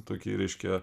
tokį reiškia